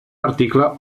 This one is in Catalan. article